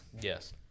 Yes